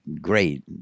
great